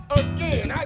again